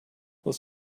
what